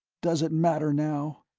does it matter now?